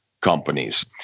companies